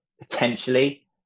potentially